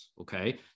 okay